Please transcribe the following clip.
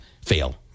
fail